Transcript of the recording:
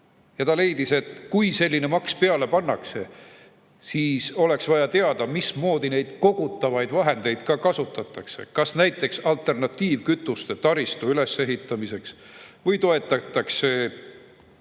Ja ta leidis, et kui selline maks peale pannakse, siis oleks vaja teada, mismoodi neid kogutavaid vahendeid kasutatakse, kas näiteks alternatiivkütuste taristu ülesehitamiseks või toetatakse